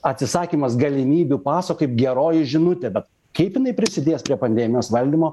atsisakymas galimybių paso kaip geroji žinutė bet kaip jinai prisidės prie pandemijos valdymo